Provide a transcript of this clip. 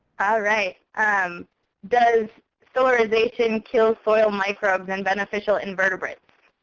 ah right. and does solarization kill soil microbes and beneficial invertebrates?